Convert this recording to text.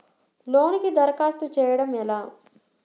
లోనుకి దరఖాస్తు చేయడము ఎలా?